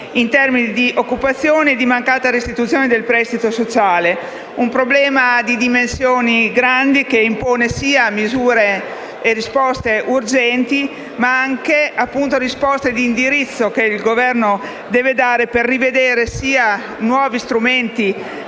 in termini di occupazione e di mancata restituzione del prestito sociale. È un problema di grandi dimensioni che impone sia misure che risposte urgenti ma anche risposte di indirizzo che il Governo deve dare per rivedere i nuovi strumenti